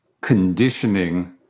conditioning